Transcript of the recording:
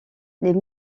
les